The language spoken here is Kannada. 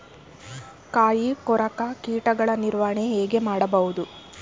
ಕಾಯಿ ಕೊರಕ ಕೀಟಗಳ ನಿರ್ವಹಣೆ ಹೇಗೆ ಮಾಡಬಹುದು?